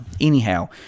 anyhow